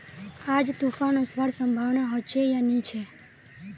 आज तूफ़ान ओसवार संभावना होचे या नी छे?